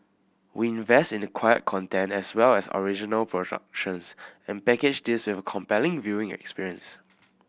we invest in acquired content as well as original productions and package this with a compelling viewing experience